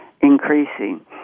increasing